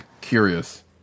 curious